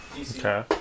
Okay